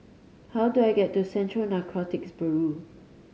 how do I get to Central Narcotics Bureau